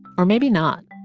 or maybe not